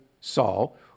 Saul